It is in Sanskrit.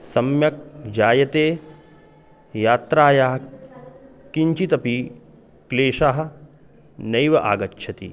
सम्यक् जायते यात्रायाः किञ्चिदपि क्लेशाः नैव आगच्छन्ति